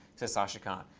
says sashikant.